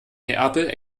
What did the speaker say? neapel